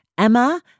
Emma